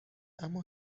اما